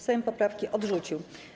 Sejm poprawki odrzucił.